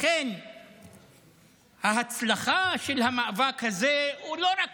לכן ההצלחה של המאבק הזה היא לא רק